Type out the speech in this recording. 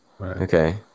Okay